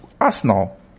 Arsenal